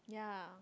yeah